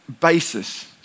basis